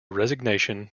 resignation